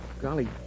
Golly